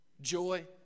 joy